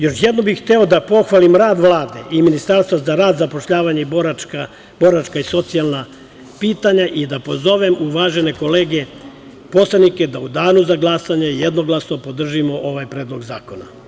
Još jednom bih hteo da pohvalim rad Vlade i Ministarstva za rad, zapošljavanje i boračka i socijalna pitanja i da pozovem uvažene kolege poslanike da u danu za glasanje jednoglasno podržimo ovaj predlog zakona.